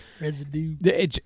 Residue